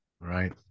right